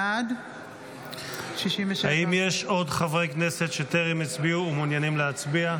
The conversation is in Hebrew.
בעד האם יש עוד חברי כנסת שטרם הצביעו ומעוניינים להצביע?